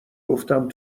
گفتم